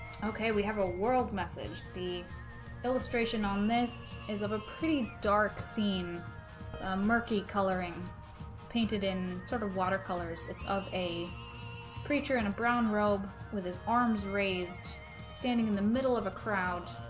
okay we have a world message the illustration on this is of a pretty dark scene murky coloring painted in sort of water colors it's of a preacher and a brown robe with his arms raised standing in the middle of a crowd